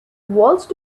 waltzed